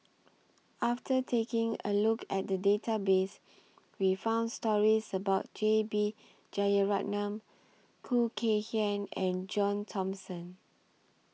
after taking A Look At The Database We found stories about J B Jeyaretnam Khoo Kay Hian and John Thomson